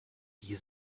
die